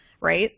Right